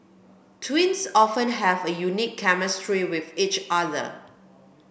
twins often have a unique chemistry with each other